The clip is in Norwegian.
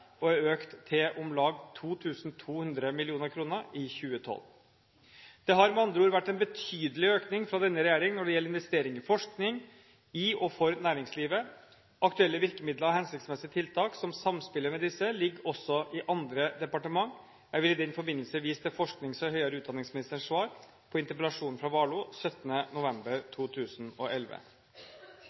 og er økt til om lag 2 200 mill. kr i 2012. Det har med andre ord vært en betydelig økning fra denne regjeringen når det gjelder investeringer i forskning i og for næringslivet. Aktuelle virkemidler og hensiktsmessige tiltak som samspiller med disse, ligger også i andre departementer. Jeg vil i den forbindelse vise til forsknings- og høyere utdanningsministerens svar på interpellasjon fra representanten Warloe 17. november 2011.